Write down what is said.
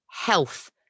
health